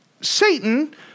Satan